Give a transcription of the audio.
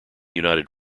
united